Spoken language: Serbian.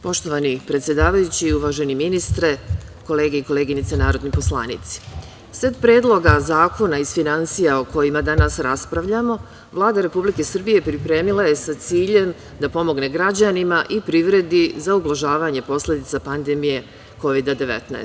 Poštovani predsedavajući, uvaženi ministre, koleginice i kolege narodni poslanici, set predloga zakona iz finansija o kojima danas raspravljamo Vlada Republike Srbije pripremila je sa ciljem da pomogne građanima i privredi za ublažavanje posledica pandemije Kovida – 19.